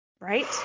Right